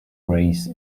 race